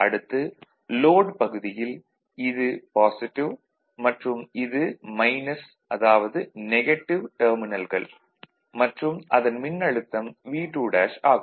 அடுத்து லோட் பகுதியில் இது " மற்றும் இது '' டெர்மினல்கள் மற்றும் அதன் மின்னழுத்தம் V2' ஆகும்